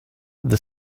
the